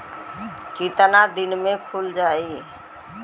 कितना दिन में खुल जाई?